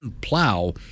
plow